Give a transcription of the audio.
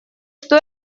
что